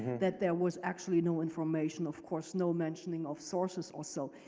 that there was actually no information, of course, no mentioning of sources or so.